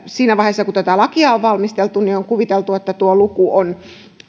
siinä vaiheessa kun tätä lakia on valmisteltu on kuviteltu että tuo luku on